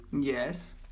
Yes